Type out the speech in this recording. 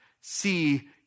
see